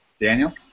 Daniel